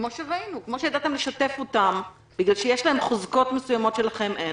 כמו שידעתם לשתף אותם בגלל שיש להם חוזקות מסוימות שלכם אין